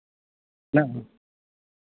ᱦᱮᱱᱟᱜᱼᱟ